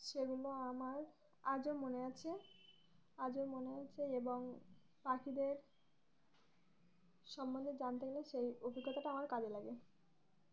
সেগুলো আমার আজও মনে আছে আজও মনে আছে এবং পাখিদের সম্বন্ধে জানতে গেলে সেই অভিজ্ঞতা টা আমার কাজে লাগে